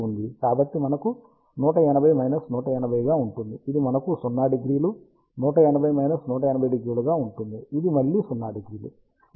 కాబట్టి మనకు 1800 1800 గా ఉంటుంది ఇది మనకు 00 1800 1800 ఉంటుంది ఇది మళ్ళీ 00